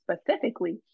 specifically